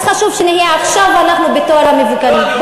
אז חשוב שנהיה עכשיו אנחנו בתור המבוגרים.